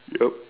yup